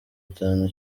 itanu